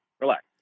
Relax